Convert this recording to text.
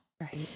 Right